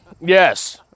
Yes